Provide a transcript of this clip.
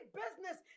business